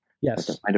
Yes